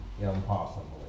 impossible